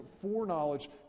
foreknowledge